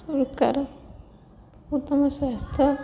ସରକାର ଉତ୍ତମ ସ୍ୱାସ୍ଥ୍ୟ